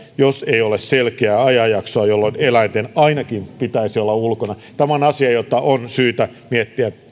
jos ei ole selkeää ajanjaksoa jolloin eläinten ainakin pitäisi olla ulkona tämä on asia jota on syytä miettiä